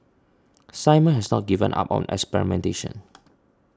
Simon has not given up on experimentation